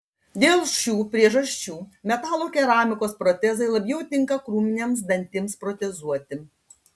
dėl šių priežasčių metalo keramikos protezai labiau tinka krūminiams dantims protezuoti